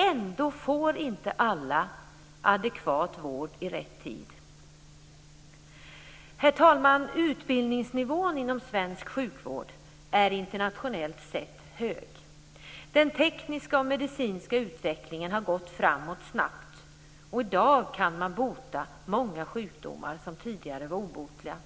Ändå får inte alla adekvat vård i rätt tid. Herr talman! Utbildningsnivån inom svensk sjukvård är internationellt sett hög. Den tekniska och medicinska utvecklingen har gått framåt snabbt och i dag kan man bota många sjukdomar som tidigare var obotliga.